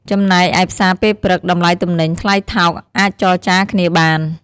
ចំណែកឯផ្សារពេលព្រឹក តម្លៃទំនិញថ្លៃថោកអាចចរចារគ្នាបាន។